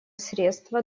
средство